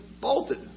bolted